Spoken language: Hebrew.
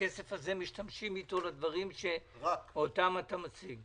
הכסף הזה משתמשים בו לדברים שאותם אתה מציג?